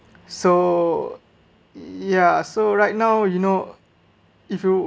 so ya so right now you know if you